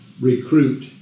recruit